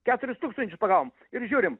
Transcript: keturis tūkstančius pagavom ir žiūrim